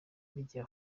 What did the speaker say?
n’igihe